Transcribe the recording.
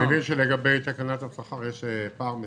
אני מבין שלגבי תקנת השכר יש פער מסוים.